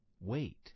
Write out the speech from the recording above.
wait